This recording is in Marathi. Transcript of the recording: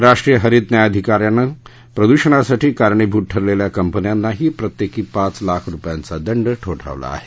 राष्ट्रीय हरित न्यायधिकरणानं प्रद्षणासाठी कारणीभूत ठरलेल्या कंपन्यांनाही प्रत्येकी पाच लाख रूपयांचा दंड आकारला आहे